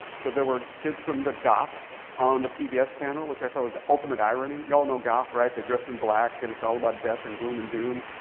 so there were kids from the goth on the pbs panel, which i thought was the ultimate irony. you all know goth, right? they dress in black, and it's all about death and gloom and doom.